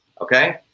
okay